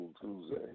Tuesday